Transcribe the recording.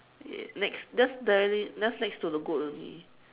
yes next just directly just next to the goat only